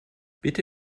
bitte